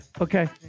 Okay